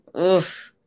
Oof